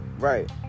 Right